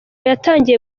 yatangiye